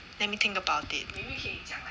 let me think about it